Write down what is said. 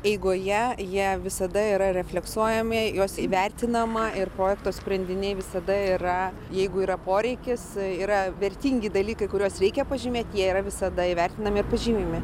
eigoje jie visada yra refleksuojami juos įvertinama ir projekto sprendiniai visada yra jeigu yra poreikis yra vertingi dalykai kuriuos reikia pažymėti jie yra visada įvertinami ir pažymimi